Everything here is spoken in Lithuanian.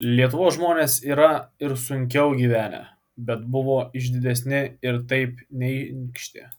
lietuvos žmonės yra ir sunkiau gyvenę bet buvo išdidesni ir taip neinkštė